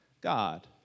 God